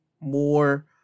more